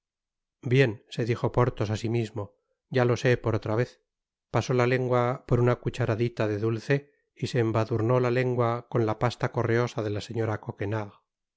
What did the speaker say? bien se dijo porthos á sí mismo ya lo sé por otra vez pasó la lengua por una cucharadita de dulce y se embadurnó la lengua con la pasta correosa de la señora coquenard